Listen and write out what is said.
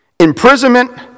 Imprisonment